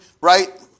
right